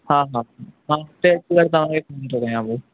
हा हा मां हुते अची करे तव्हांखे ॿुधायां थो